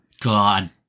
God